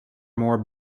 more